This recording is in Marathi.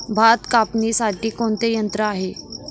भात कापणीसाठी कोणते यंत्र आहे?